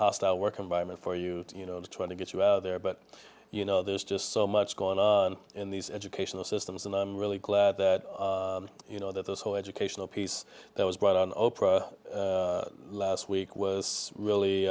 really work environment for you you know to twenty get you out there but you know there's just so much going on in these educational systems and i'm really glad that you know that this whole educational piece that was brought on oprah last week was really